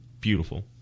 beautiful